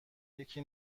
یکی